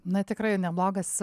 na tikrai neblogas